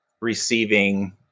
receiving